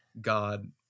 God